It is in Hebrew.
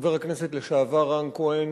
חבר הכנסת לשעבר רן כהן,